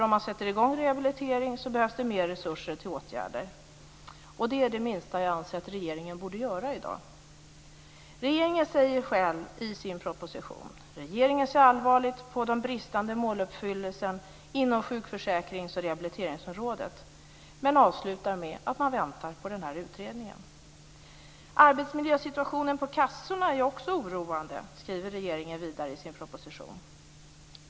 Om man sätter i gång rehabilitering behövs det mer resurser till åtgärder. Det är det minsta jag anser att regeringen borde göra i dag. Regeringen säger själv i sin proposition att man ser allvarligt på den bristande måluppfyllelsen inom sjukförsäkrings och rehabiliteringsområdet, men man avslutar med att man väntar på utredningen. Arbetsmiljösituationen på kassorna är också oroande, skriver regeringen vidare i sin proposition.